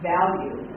value